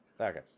Okay